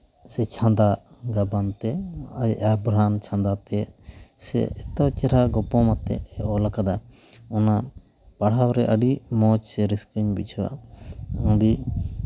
ᱥᱮ ᱪᱷᱟᱸᱫᱟ ᱜᱟᱵᱟᱱ ᱛᱮ ᱳᱭ ᱟᱵᱷᱨᱚᱱ ᱪᱷᱟᱸᱫᱟ ᱛᱮ ᱥᱮ ᱮᱛᱚ ᱪᱮᱦᱨᱟ ᱜᱟᱵᱟᱱ ᱟᱛᱮᱭ ᱚᱞ ᱠᱟᱫᱟ ᱱᱚᱣᱟ ᱯᱟᱲᱦᱟᱣ ᱨᱮ ᱟᱹᱰᱤ ᱢᱚᱡᱽ ᱥᱮ ᱨᱟᱹᱥ ᱠᱟᱹᱧ ᱵᱩᱡᱷᱟᱹᱣᱟ ᱟᱹᱰᱤ